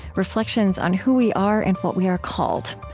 reflections on who we are and what we are called.